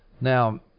Now